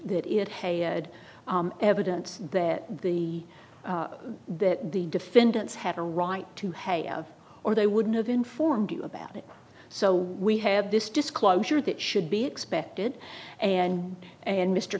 that it had evidence that the that the defendants had a right to have a of or they wouldn't have informed you about it so we have this disclosure that should be expected and and mr